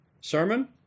sermon